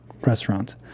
restaurant